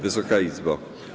Wysoka Izbo!